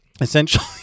essentially